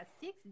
six